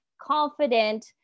confident